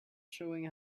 showing